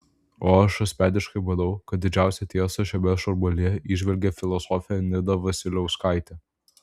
o aš asmeniškai manau kad didžiausią tiesą šiame šurmulyje įžvelgė filosofė nida vasiliauskaitė